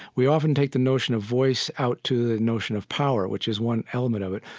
we often take the notion of voice out to the notion of power, which is one element of it,